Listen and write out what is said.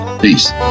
Peace